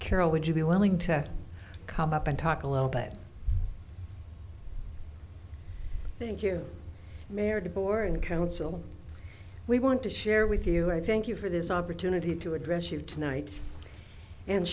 kara would you be willing to come up and talk a little bit thank you mayor de boer and council we want to share with you i thank you for this opportunity to address you tonight and